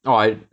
orh I